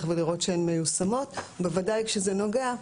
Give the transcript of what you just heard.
ולראות שהן מיושמות ובוודאי כשזה נוגע לתקנות,